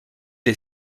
est